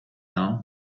now